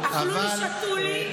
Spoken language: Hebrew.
שלמה, אכלו לי, שתו לי זה לא אידיאולוגיה.